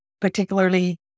particularly